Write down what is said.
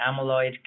amyloid